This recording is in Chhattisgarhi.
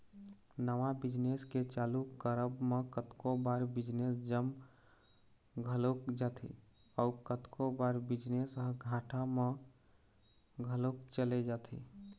नवा बिजनेस के चालू करब म कतको बार बिजनेस जम घलोक जाथे अउ कतको बार बिजनेस ह घाटा म घलोक चले जाथे